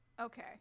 Okay